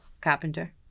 carpenter